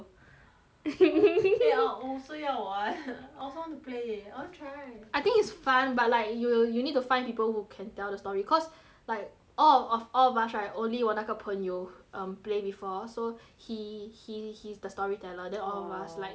eh I 我也是要玩 I also want to play I want try I think it's fun but like yo~ you need to find people who can tell the story cause like all of all of us right only 我那个朋友 um play before so he he he's the story teller then orh all of us like newbie